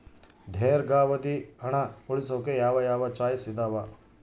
ದೇರ್ಘಾವಧಿ ಹಣ ಉಳಿಸೋಕೆ ಯಾವ ಯಾವ ಚಾಯ್ಸ್ ಇದಾವ?